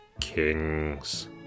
kings